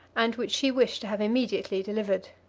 and which she wished to have immediately delivered.